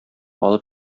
алып